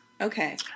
Okay